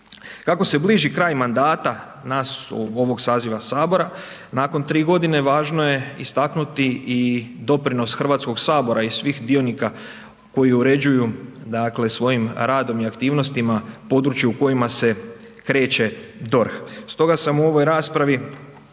Kako se bliži kraj mandata nas, ovog saziva Sabora, nakon tri godine, važno je istaknuti i doprinos Hrvatskog sabora i svih dionika koji uređuju, dakle, svojim radom i aktivnostima područje u kojima se kreće DORH,